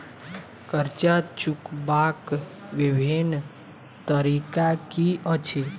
कर्जा चुकबाक बिभिन्न तरीका की अछि?